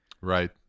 Right